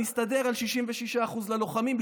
נסתדר על 66% ללוחמים,